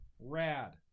Rad